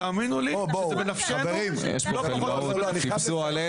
תאמינו לי שזה בנפשנו לא פחות משזה בנפשכם.